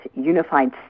Unified